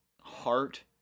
heart